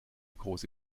große